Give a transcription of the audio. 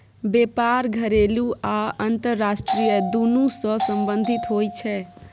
बेपार घरेलू आ अंतरराष्ट्रीय दुनु सँ संबंधित होइ छै